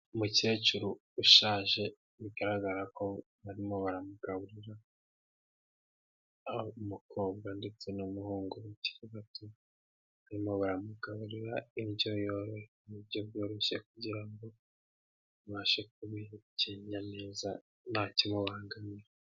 Umukecuru ushaje bigaragara ko barimo baramugaburira, umukobwa ndetse n'umuhungu bakiri bato barimo baramugaburira indyo yoroshye mu buryo bworoshye kugira ngo abashe kubihekenya neza nta kimubangamira.